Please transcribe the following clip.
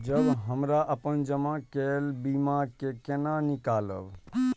जब हमरा अपन जमा केल बीमा के केना निकालब?